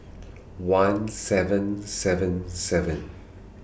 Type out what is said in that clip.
one seven seven seven